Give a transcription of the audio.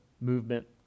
movement